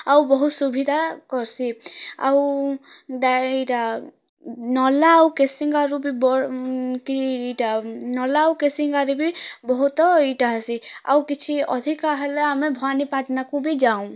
ଆଉ ବହୁତ ସୁବିଧା କରସି ଆଉ ଡାଇରା ନର୍ଲା ଆଉ କେସିଙ୍ଗାରୁ ବି କିଟା ନର୍ଲା ଆଉ କେସିଙ୍ଗାରେ ବି ବହୁତ ଏଇଟା ଏସି ଆଉ କିଛି ଅଧିକା ହେଲେ ବି ଆମେ ଭବାନିପାଟନାକୁ ବି ଯାଉଁ